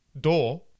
door